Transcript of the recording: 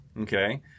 Okay